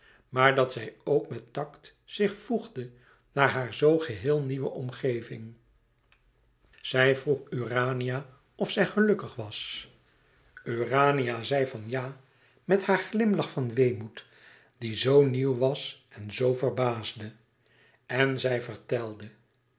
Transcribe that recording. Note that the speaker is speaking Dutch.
maar dat zij ook met tact zich voegde naar hare zoo geheel nieuwe omgeving zij vroeg urania of zij gelukkig was urania zei van ja met haar glimlach van weemoed die zoo nieuw was en zoo verbaasde en zij vertelde